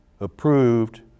approved